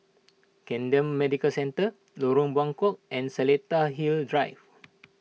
Camden Medical Centre Lorong Buangkok and Seletar Hills Drive